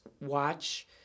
watch